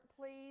please